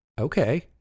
Okay